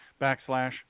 backslash